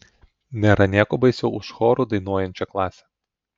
nėra nieko baisiau už choru dainuojančią klasę